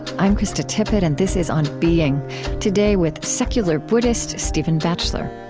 i'm krista tippett, and this is on being today, with secular buddhist stephen batchelor